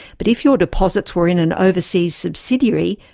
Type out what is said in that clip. but if your deposits were in an overseas subsidiary,